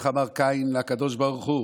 איך אמר קין לקדוש ברוך הוא